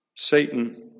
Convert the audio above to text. Satan